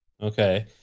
Okay